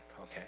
okay